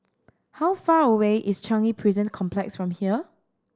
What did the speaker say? how far away is Changi Prison Complex from here